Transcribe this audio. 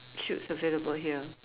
shoots available here